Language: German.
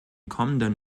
kommenden